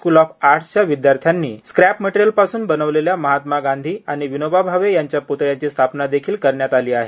school of र्टच्या विद्यार्थ्यांनी scrap material पासून बनविलेल्या महात्मा गांधी णि विनोबा भावे यांच्या प्तळ्याची स्थापना खील करण्यात ली हे